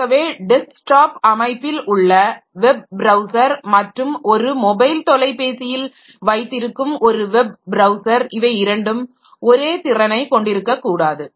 ஆகவே டெஸ்க்டாப் அமைப்பில் உள்ள வெப் ப்ரவுஸர் மற்றும் ஒரு மொபைல் தொலைபேசியில் வைத்திருக்கும் ஒரு வெப் ப்ரவுஸர் இவை இரண்டும் ஒரே திறனைக் கொண்டிருக்கக்கூடாது